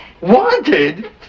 wanted